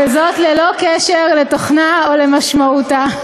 וזאת ללא קשר לתוכנה או למשמעותה.